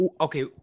Okay